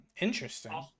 Interesting